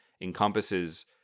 encompasses